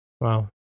Wow